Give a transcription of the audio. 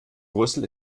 brüssel